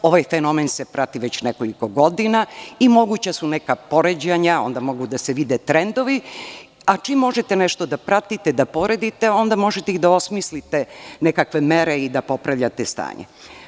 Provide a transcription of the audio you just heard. Ovaj fenomen se prati već nekoliko godina i moguća su neka poređenja, onda mogu da se vide trendovi, a čim možete nešto da pratite, da poredite, onda možete i da osmislite nekakve mere i da popravljate stanje.